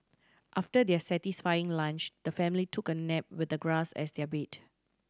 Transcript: after their satisfying lunch the family took a nap with the grass as their bed